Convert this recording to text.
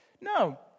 No